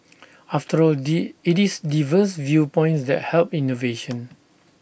after all IT is diverse viewpoints that help innovation